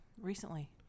recently